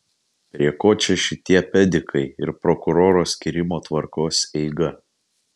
prie ko čia šitie pedikai ir prokuroro skyrimo tvarkos eiga